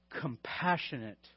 compassionate